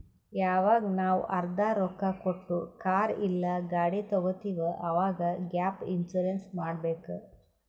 ಯವಾಗ್ ನಾವ್ ಅರ್ಧಾ ರೊಕ್ಕಾ ಕೊಟ್ಟು ಕಾರ್ ಇಲ್ಲಾ ಗಾಡಿ ತಗೊತ್ತಿವ್ ಅವಾಗ್ ಗ್ಯಾಪ್ ಇನ್ಸೂರೆನ್ಸ್ ಮಾಡಬೇಕ್